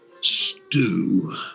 stew